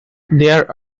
there